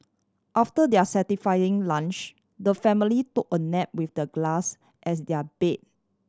after their satisfying lunch the family took a nap with the glass as their bed